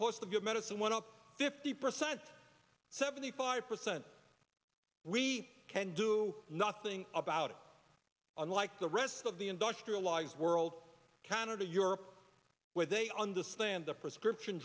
cost of your medicine went up fifty percent seventy five percent we can do nothing about it unlike the rest of the industrialized world canada europe where they understand the prescription